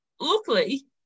luckily